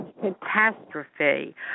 catastrophe